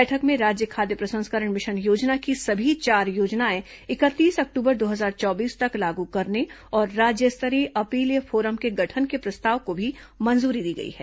बैठक में राज्य खाद्य प्रसंस्करण मिशन योजना की सभी चार योजनाएं इकतीस अक्टूबर दो हजार चौबीस तक लागू करने और राज्य स्तरीय अपीलीय फोरम के गठन के प्रस्ताव को भी मंजूरी दी गई है